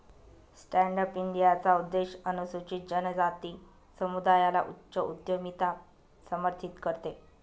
stand up इंडियाचा उद्देश अनुसूचित जनजाति समुदायाला मध्य उद्यमिता समर्थित करते